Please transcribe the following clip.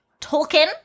Tolkien